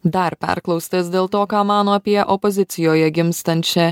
dar perklaustas dėl to ką mano apie opozicijoje gimstančią